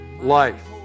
life